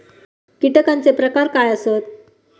कीटकांचे प्रकार काय आसत?